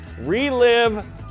Relive